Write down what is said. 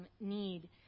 need